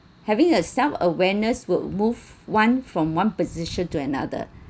having a self awareness will move one from one position to another